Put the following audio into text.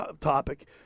topic